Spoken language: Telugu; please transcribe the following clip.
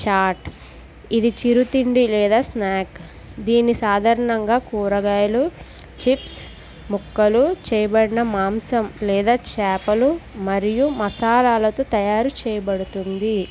చాట్ ఇది చిరు తిండి లేదా స్నాక్ దీన్ని సాధారణంగా కూరగాయలు చిప్స్ ముక్కలు చేయబడిన మాంసం లేదా చేపలు మరియు మసాలాలతో తయారు చేయబడుతుంది